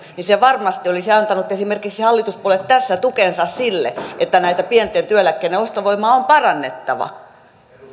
varmasti esimerkiksi hallituspuolueet tässä tukensa sille että näiden pienten työeläkkeiden ostovoimaa on parannettava arvoisa